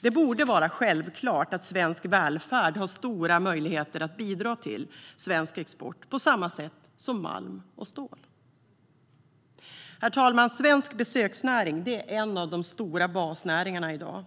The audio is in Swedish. Det borde vara självklart att svensk välfärd har stora möjligheter att bidra till svensk export på samma sätt som malm och stål. Svensk besöksnäring är en av de stora basnäringarna i dag.